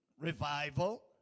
revival